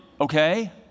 okay